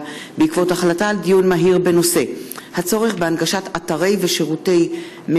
בעקבות דיון מהיר בהצעתה של חברת הכנסת ניבין אבו